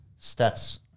stats